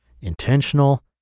intentional